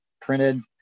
printed